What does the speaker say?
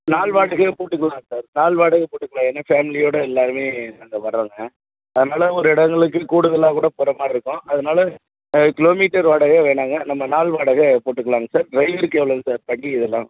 நாள் வாடகையேப் போட்டுக்கலாம் சார் நாள் வாடகையே போட்டுக்கலாம் ஏன்னால் ஃபேம்லியோட எல்லாருமே நாங்கள் வரோங்க அதனால் ஒரு இடங்களுக்குக் கூடுதலாக் கூடப் போகிற மாதிரி இருக்கும் அதனால் கிலோ மீட்டர் வாடகையே வேணாங்க நம்ம நாள் வாடகைப் போட்டுக்கலாங்க சார் டிரைவருக்கு எவ்வளோங்க சார் படி இதெல்லாம்